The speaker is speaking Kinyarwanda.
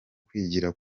kwigira